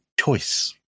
choice